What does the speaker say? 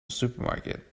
supermarket